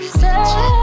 say